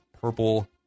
purple